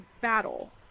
battle